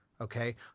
Okay